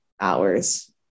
hours